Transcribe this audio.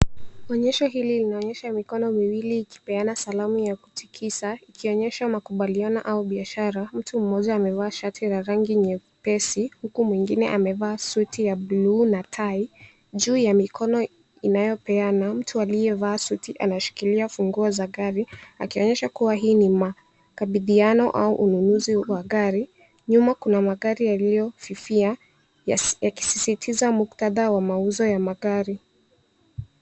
Onyesho hili linaonyesha mikono miwili ikipeana salamu ya kutikisa ikionyesha makubaliano au biashara. Mtu mmoja amevaa shati la rangi nyepesi huku mwingine amevaa suti ya bluu na tai. Juu ya mikono inayopeana mtu aliyevaa suti anashikilia funguo za gari akionyesha kuwa hii ni makabidhiano au ununuzi wa gari. Nyuma kuna magari yaliyofifia yakisisitiza muktadha wa mauzo ya magari.